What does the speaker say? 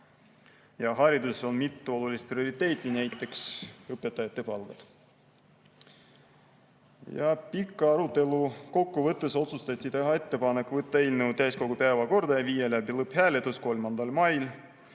ja hariduses on mitu olulist prioriteeti, näiteks õpetajate palgad. Pika arutelu kokkuvõtteks otsustati teha ettepanek võtta eelnõu täiskogu päevakorda ja viia läbi lõpphääletus 3. mail